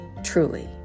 truly